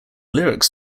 lyrics